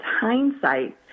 hindsight